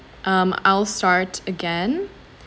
um I'll start again